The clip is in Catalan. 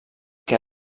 que